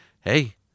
hey